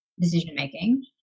decision-making